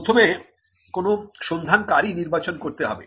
প্রথমে কোন সন্ধানকারী নির্বাচন করতে হবে